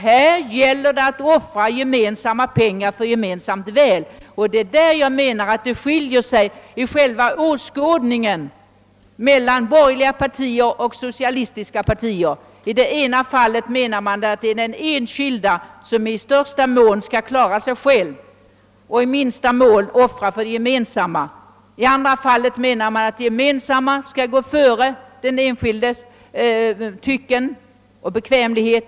Här gäller det emellertid att offra gemensamma pengar för gemensamt väl, och det är därvidlag jag menar att det finns en skillnad i själva åskådningen, en skillnad mellan borgerliga partier och socialdemokratiska partier. Enligt en borgerlig åskådning skall den enskilde i största utsträckning klara sig själv och i minsta mån offra för gemensamma ändamål, enligt en socialistisk skall de gemensamma behoven gå före den enskildes bekvämlighet.